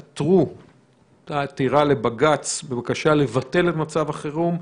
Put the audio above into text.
הייתה עתירה לבג"ץ בבקשה לבטל את מצב החירום,